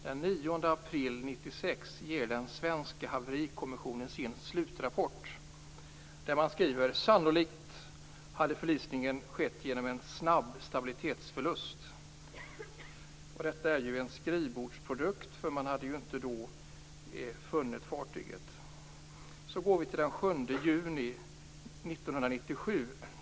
Den 9 april 1996 ger den svenska haverikommissionen sin slutrapport, där man skriver att förlisningen sannolikt hade skett genom en snabb stabilitetsförlust. Detta är ju en skrivbordsprodukt, eftersom man då inte hade funnit fartyget. Sedan går vi till den 7 juni 1997.